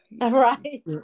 right